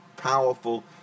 Powerful